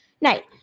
night